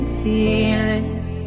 feelings